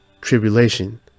tribulation